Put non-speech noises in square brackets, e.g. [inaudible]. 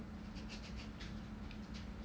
[laughs]